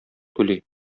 түли